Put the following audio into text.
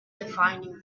defining